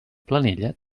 planella